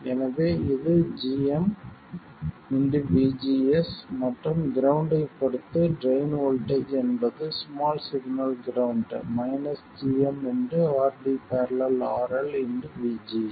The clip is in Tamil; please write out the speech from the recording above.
எனவே இது gm vGS மற்றும் கிரவுண்ட்டைப் பொறுத்து ட்ரைன் வோல்ட்டேஜ் என்பது small signal ground gm RD ║ RL vGS